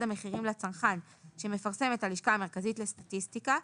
המחירים לצרכן שמפרסמת הלשכה המרכזית לסטטיסטיקה,